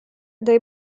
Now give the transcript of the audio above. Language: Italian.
dai